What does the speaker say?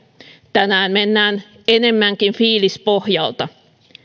tänään mennään enemmänkin fiilispohjalta